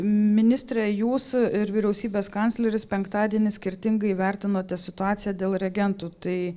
ministre jūs ir vyriausybės kancleris penktadienį skirtingai vertinote situaciją dėl reagentų tai